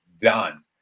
done